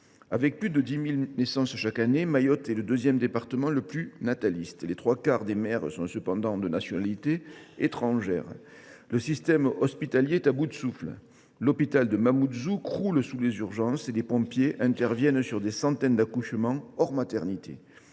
Avec plus de 10 000 naissances chaque année, Mayotte occupe le deuxième rang des départements français en matière de natalité. Les trois quarts des mères y sont toutefois de nationalité étrangère. Quant au système hospitalier, il y est à bout de souffle. L’hôpital de Mamoudzou croule sous les urgences et les pompiers interviennent pour des centaines d’accouchements hors maternité.